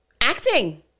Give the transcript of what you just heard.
acting